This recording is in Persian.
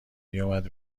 میومد